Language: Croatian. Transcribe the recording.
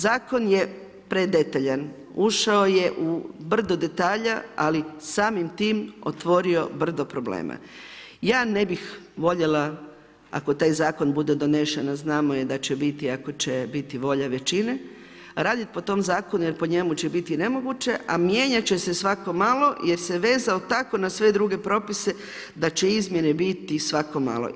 Zakon je predetaljan, ušao je u brdo detalja ali samim tim otvorio brdo problema. ja ne bih voljela ako taj zakon bude donesen a znamo da će biti ako će biti volja većine, raditi po tom zakonu jer po njemu će biti nemoguće a mijenjat će se svako malo jer se vezao tako na sve druge propise da izmjene biti svako malo.